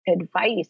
advice